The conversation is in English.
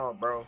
bro